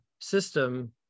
system